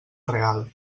real